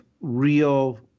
real